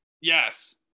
Yes